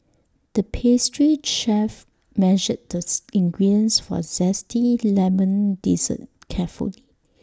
the pastry chef measured this ingredients for A Zesty Lemon Dessert carefully